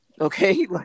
Okay